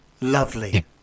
lovely